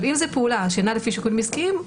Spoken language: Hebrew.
אם זו פעולה שאינה לפי שיקולים עסקיים,